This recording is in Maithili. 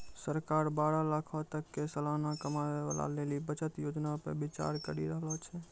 सरकार बारह लाखो तक के सलाना कमाबै बाला लेली बचत योजना पे विचार करि रहलो छै